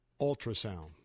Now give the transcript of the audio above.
ultrasound